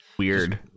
weird